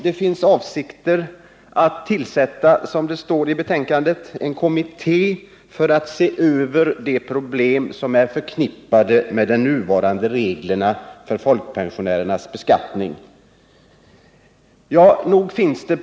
Det framhålls i betänkandet att en kommitté för att se över de problem som är förknippade med nuvarande regler för folkpensionärernas beskattning skall tillsättas.